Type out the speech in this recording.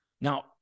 Now